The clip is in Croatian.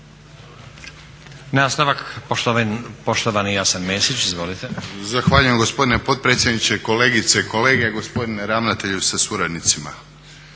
Nastavak poštovani Jasen Mesić. Izvolite. **Mesić, Jasen (HDZ)** Zahvaljujem gospodine potpredsjedniče, kolegice i kolege, gospodine ravnatelju sa suradnicima.